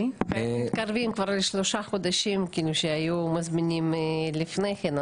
אנחנו מתקרבים לשלושה חודשים שהיו מזמינים לפני כן,